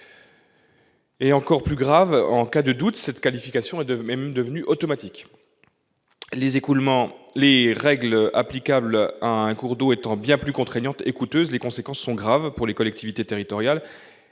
et, encore plus grave, en cas de doute, cette qualification est même devenue automatique ! Les règles applicables à un cours d'eau étant bien plus contraignantes et coûteuses, les conséquences sont graves pour les collectivités territoriales,